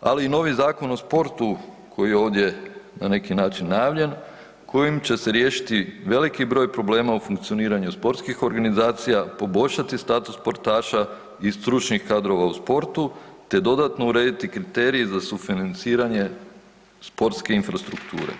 ali i novi Zakon o sportu koji je ovdje na neki način najavljen kojim će se riješiti veliki broj problema u funkcioniranju sportskih organizacija, poboljšati status sportaša i stručnih kadrova u sportu te dodatno urediti kriteriji za sufinanciranje sportske infrastrukture.